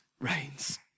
reigns